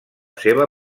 seva